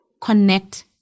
connect